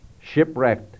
shipwrecked